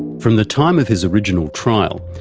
from the time of his original trial,